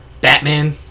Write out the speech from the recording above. Batman